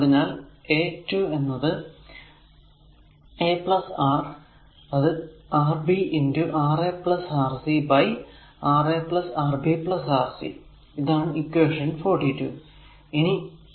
അതിനാൽ a 2 എന്നത് a R അത് Rb Ra Rc by Ra Rb Rc ഇതാണ് ഇക്വേഷൻ 42